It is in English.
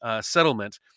settlement